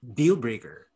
deal-breaker